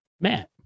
Matt